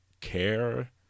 care